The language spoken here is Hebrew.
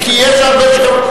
כי יש הרבה שגם.